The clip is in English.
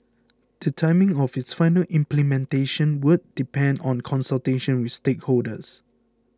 the timing of its final implementation would depend on consultation with stakeholders